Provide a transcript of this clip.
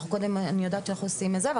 קודם אנחנו עושים את המיזוג,